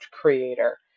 creator